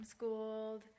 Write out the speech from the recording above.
homeschooled